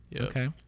Okay